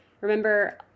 Remember